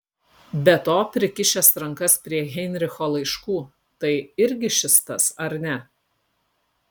be to prikišęs rankas prie heinricho laiškų tai irgi šis tas ar ne